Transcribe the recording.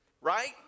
right